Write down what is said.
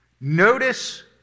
Notice